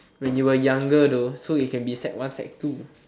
when you were younger though so you can be sec one sec two